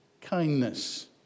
kindness